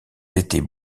étaient